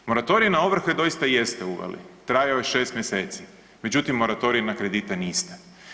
Moratorij na ovrhe doista jeste uveli, trajao je 6. mjeseci, međutim moratorij na kredite niste.